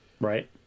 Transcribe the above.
Right